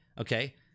Okay